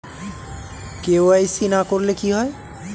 KYC না করলে কি হয়?